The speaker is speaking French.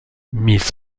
miss